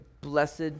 blessed